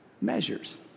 measures